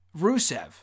Rusev